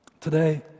Today